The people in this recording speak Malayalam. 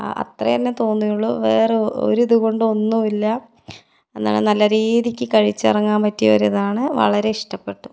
അത്രതന്നെ തോന്നിയുള്ളൂ വേറെ ഒരു ഇതുകൊണ്ടും ഒന്നു ഇല്ല നല്ല രീതിക്ക് കഴിച്ചിറങ്ങാൻ പറ്റിയ ഒരു ഇതാണ് വളരെ ഇഷ്ടപ്പെട്ടു